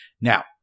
Now